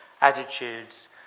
attitudes